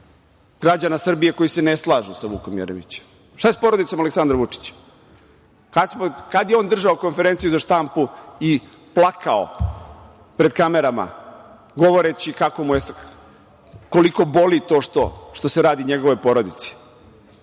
građana Srbije koji se ne slažu sa Vukom Jeremićem? Šta je sa porodicom Aleksandra Vučića? Kada je on držao konferenciju za štampu i plakao pred kamerama, govoreći kako mu je, koliko boli to što se radi njegovoj porodici?